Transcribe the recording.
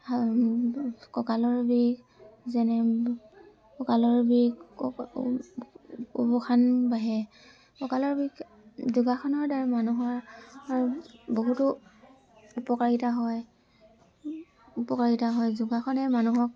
কঁকালৰ বিষ যেনে কঁকালৰ বিষ বাঢ়ে কঁকালৰ বিষ যোগাসনৰদ্বাৰা মানুহৰ বহুতো উপকাৰিতা হয় উপকাৰিতা হয় যোগাসনে মানুহক